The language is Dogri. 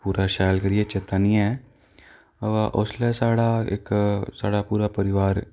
पूरा शैल करियै चेता निं ऐ बा उसलै साढ़ा इक साढ़ा पूरा परिवार